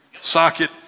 socket